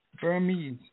Burmese